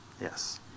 Yes